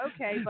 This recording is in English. okay